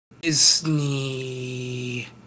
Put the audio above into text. Disney